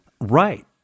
Right